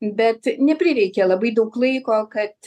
bet neprireikė labai daug laiko kad